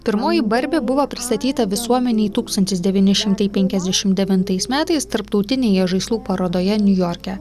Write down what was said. pirmoji barbė buvo pristatyta visuomenei tūkstantis devyni šimtai penkiasdešimt devintais metais tarptautinėje žaislų parodoje niujorke